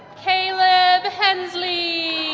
caleb hensley.